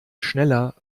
schneller